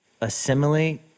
assimilate